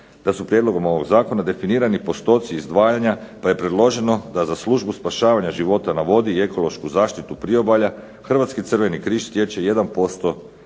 da su prijedlogom ovog zakona definirani postoci izdvajana, pa je predloženo da za Službu spašavanja života na vodi i ekološku zaštitu priobalja Hrvatski crveni križ stječe 1%